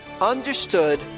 understood